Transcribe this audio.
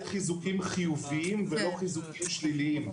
חיזוקים חיוביים ולא חיזוקים שליליים.